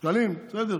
שקלים, בסדר?